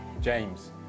James